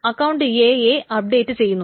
account A യെ update ചെയ്യുന്നു